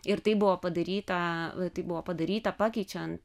ir tai buvo padaryta tai buvo padaryta pakeičiant